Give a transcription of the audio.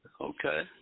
okay